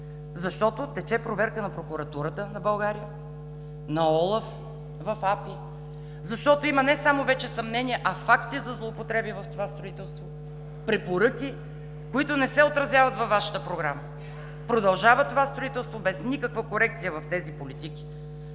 Защото тече проверка на прокуратурата на България, на ОЛАФ в АПИ. Защото вече има не само съмнения, а факти за злоупотреби в това строителство, препоръки, които не се отразяват във Вашата програма. Продължава това строителство, без никаква корекция в тези политики.